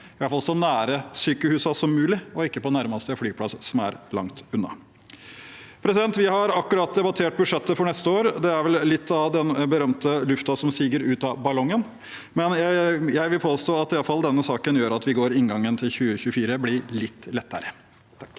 iallfall så nær sykehusene som mulig, og ikke på nærmeste flyplass som er langt unna. Vi har akkurat debattert budsjettet for neste år. Det er vel litt av den berømte lufta som siger ut av ballongen, men jeg vil påstå at iallfall denne saken gjør at inngangen til 2024 blir litt lettere. Bård